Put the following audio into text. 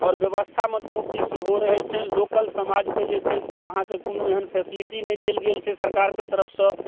आओर व्यवस्थामे त्रुटि सेहो रहै छनि लोकल समाजके जे छै से अहाँके कोनो एहन फैसलिटी नहि देल गेल छै सरकारके तरफसँ